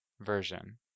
version